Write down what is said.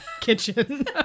kitchen